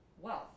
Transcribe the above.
wealth